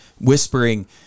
whispering